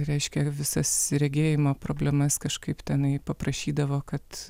reiškia visas regėjimo problemas kažkaip tenai paprašydavo kad